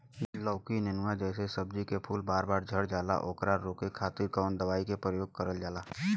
लौकी नेनुआ जैसे सब्जी के फूल बार बार झड़जाला ओकरा रोके खातीर कवन दवाई के प्रयोग करल जा?